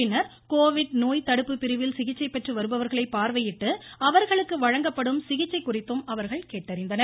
பின்னர் கோவிட் நோய்த்தடுப்புப் பிரிவில் சிகிச்சைப் பெற்று வருபவர்களை பார்வையிட்டு அவர்களுக்கு வழங்கப்படும் சிகிச்சை குறித்தும் அவர்கள் கேட்டறிந்தனர்